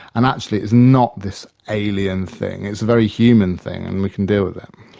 and actually it's not this alien thing, it's a very human thing and we can deal with it.